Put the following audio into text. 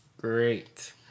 Great